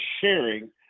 sharing